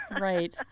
Right